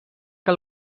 que